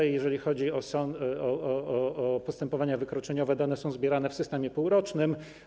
Jeżeli chodzi o postępowania wykroczeniowe, to dane są zbierane w systemie półrocznym.